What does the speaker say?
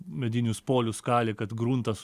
medinius polius kalė kad gruntas